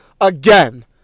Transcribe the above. again